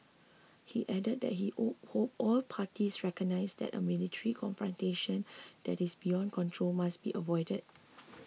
he added that he hoped all parties recognise that a military confrontation that is beyond control must be avoided